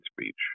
speech